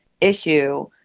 issue